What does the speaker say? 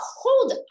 hold